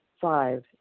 Five